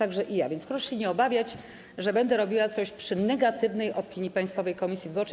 A więc proszę się nie obawiać, że będę robiła coś przy negatywnej opinii Państwowej Komisji Wyborczej.